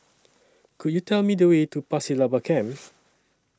Could YOU Tell Me The Way to Pasir Laba Camp